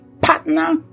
partner